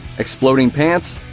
exploding pants.